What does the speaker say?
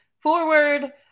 forward